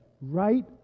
right